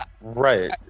right